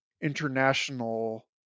international